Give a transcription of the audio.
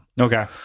okay